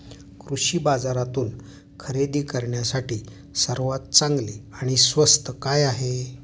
कृषी बाजारातून खरेदी करण्यासाठी सर्वात चांगले आणि स्वस्त काय आहे?